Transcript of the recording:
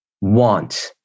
want